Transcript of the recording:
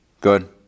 Good